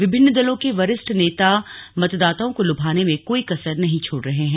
विभिन्न दलों के वरिष्ठ नेता मतदाताओं को लुभाने में कोई कसर नहीं छोड़ रहे हैं